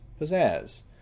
pizzazz